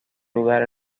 lugar